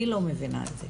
אני לא מבינה את זה.